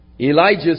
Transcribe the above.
Elijah